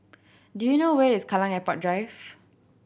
do you know where is Kallang Airport Drive